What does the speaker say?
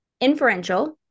inferential